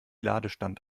ladestand